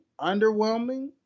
underwhelming